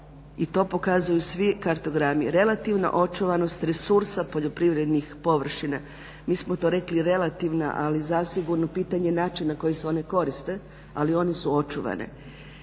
i to pokazuju svi kartogrami, relativna očuvanost resursa poljoprivrednih površina. Mi smo to rekli relativna ali zasigurno pitanje načina na koji se oni koriste, ali one su očuvane.